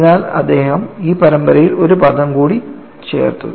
അതിനാൽ അദ്ദേഹം ഈ പരമ്പരയിൽ ഒരു പദം കൂടി ചേർത്തു